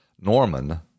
Norman